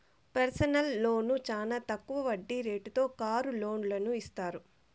personal loan చానా తక్కువ వడ్డీ రేటుతో కారు లోన్లను ఇత్తారు